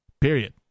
period